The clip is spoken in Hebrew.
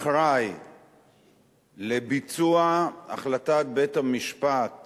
אחראי לביצוע החלטת בית-המשפט